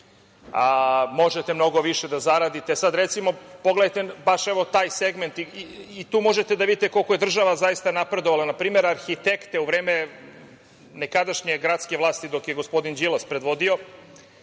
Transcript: Možete mnogo više da zaradite. Sada, recimo, pogledajte baš taj segment i tu možete da vidite koliko je država zaista napredovala. Na primer, arhitekte u vreme nekadašnje gradske vlasti, dok je gospodin Đilas predvodio,